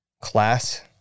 class